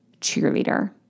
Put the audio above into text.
cheerleader